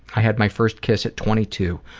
i had my first kiss at twenty two,